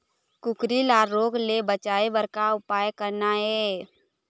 कुकरी ला रोग ले बचाए बर का उपाय करना ये?